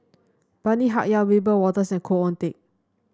Bani Haykal Wiebe Wolters and Khoo Oon Teik